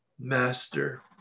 Master